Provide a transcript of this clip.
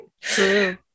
True